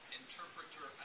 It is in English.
interpreter